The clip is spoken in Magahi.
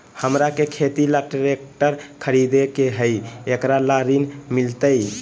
हमरा के खेती ला ट्रैक्टर खरीदे के हई, एकरा ला ऋण मिलतई?